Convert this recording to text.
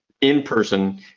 in-person